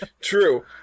True